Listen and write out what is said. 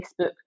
Facebook